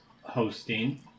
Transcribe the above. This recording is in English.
hosting